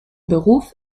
beruf